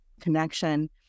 connection